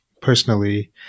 Personally